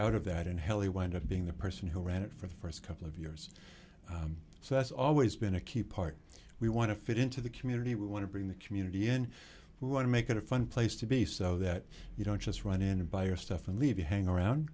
out of that in hell he went of being the person who ran it for the st couple of years so that's always been a key part we want to fit into the community we want to bring the community and we want to make it a fun place to be so that you don't just run in and buy your stuff and leave you hang around